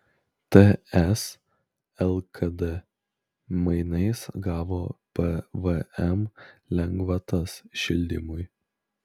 ts lkd mainais gavo pvm lengvatas šildymui